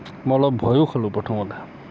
মই অলপ ভয়ো খালোঁ প্ৰথমতে